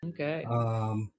Okay